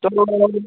तो